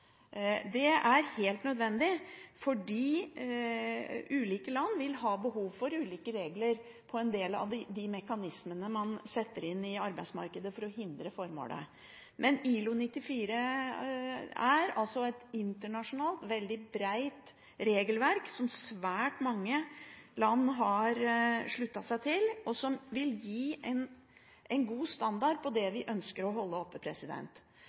Det er helt nødvendig, fordi ulike land vil ha behov for ulike regler på en del av de mekanismene man setter inn i arbeidsmarkedet for å hindre formålet. Men ILO 94 er altså et internasjonalt, veldig bredt regelverk som svært mange land har sluttet seg til, og som vil gi en god standard på det vi ønsker å holde oppe.